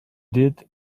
did